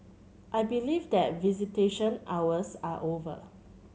I believe that visitation hours are over